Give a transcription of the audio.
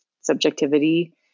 subjectivity